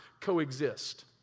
coexist